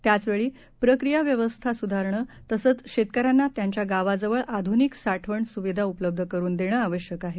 त्याचवेळी प्रक्रियाव्यवस्था सुधारणं तसंच शेतकऱ्यांना त्यांच्या गावांजवळ आधुनिक साठवण सुविधा उपलब्ध करून देणं आवश्यक आहे